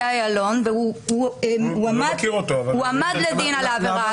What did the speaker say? איילון והועמד לדין על העבירה הזאת,